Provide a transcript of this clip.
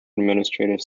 administrative